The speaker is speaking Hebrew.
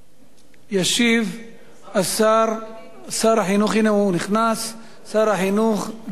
ישיב שר החינוך גדעון סער.